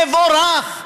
נבורך,